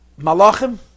Malachim